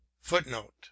footnote